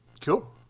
cool